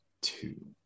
two